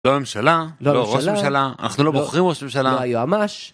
לא ממשלה, לא ראש ממשלה, אנחנו לא בוחרים ראש ממשלה, לא היועמ"ש